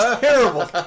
terrible